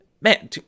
man